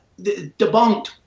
debunked